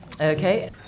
Okay